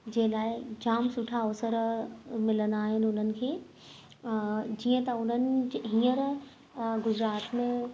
जे लाइ जाम सुठा अवसरु मिलंदा आहिनि उन्हनि खे जीअं त उन्हनि जे हीअंर गुजरात में